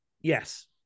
yes